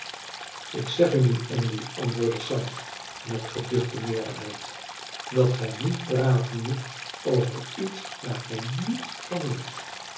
ik zeg u nu andy antwoordde sam met geduchte meerderheid dat gij niet praten moet over iets waar gij niets van weet